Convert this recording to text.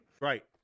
Right